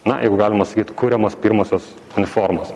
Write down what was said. na jeigu galima sakyt kuriamos pirmosios uniformos